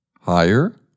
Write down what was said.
Higher